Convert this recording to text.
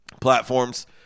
platforms